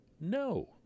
No